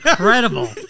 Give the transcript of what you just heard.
Incredible